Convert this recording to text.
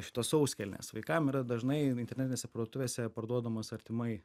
šitos sauskelnes vaikam yra dažnai internetinėse parduotuvėse parduodamos artimai